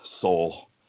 soul